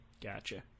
Gotcha